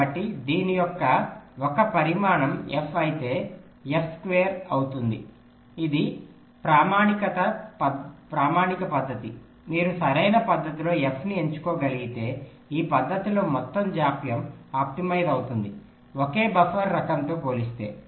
కాబట్టి దీని యొక్క 1 పరిమనణం f అయితే ఇది f స్క్వేర్ అవుతుంది ఇది ప్రామనణిక పద్ధతి మీరు సరైన పద్ధతిలో f ని ఎంచుకోగలిగితే ఈ పద్ధతిలో మొత్తం జాప్యం ఆప్టిమైజ్ అవుతుంది ఒకే బఫర్ రకంతో పోలిస్తే